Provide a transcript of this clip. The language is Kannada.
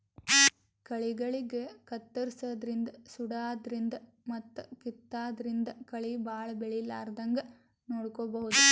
ಕಳಿಗಳಿಗ್ ಕತ್ತರ್ಸದಿನ್ದ್ ಸುಡಾದ್ರಿನ್ದ್ ಮತ್ತ್ ಕಿತ್ತಾದ್ರಿನ್ದ್ ಕಳಿ ಭಾಳ್ ಬೆಳಿಲಾರದಂಗ್ ನೋಡ್ಕೊಬಹುದ್